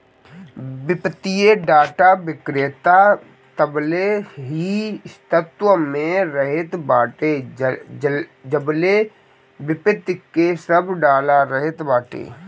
वित्तीय डाटा विक्रेता तबले ही अस्तित्व में रहत बाटे जबले वित्त के सब डाला रहत बाटे